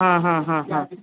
હા હા હા હા